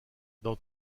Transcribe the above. dans